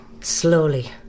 Slowly